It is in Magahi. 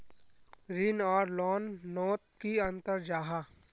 ऋण आर लोन नोत की अंतर जाहा?